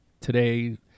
today